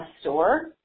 store